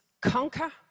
conquer